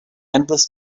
endless